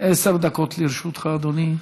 עשר דקות לרשותך, אדוני.